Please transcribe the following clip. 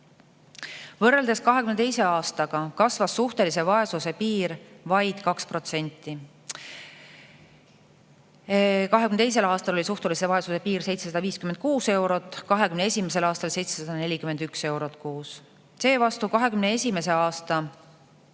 Võrreldes 2022. aastaga kasvas suhtelise vaesuse piir vaid 2%. 2022. aastal oli suhtelise vaesuse piir 756 eurot, 2021. aastal 741 eurot kuus. Seevastu 2021. aastal